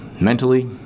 mentally